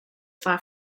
far